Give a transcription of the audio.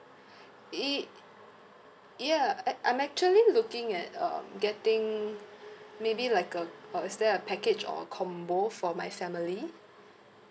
y~ ya I I'm actually looking at um getting maybe like a uh is there a package or a combo for my family